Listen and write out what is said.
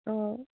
অঁ